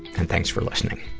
and thanks for listening.